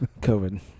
COVID